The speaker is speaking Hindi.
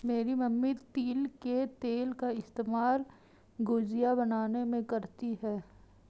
मेरी मम्मी तिल के तेल का इस्तेमाल गुजिया बनाने में करती है